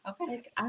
Okay